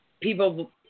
people